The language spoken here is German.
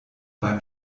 beim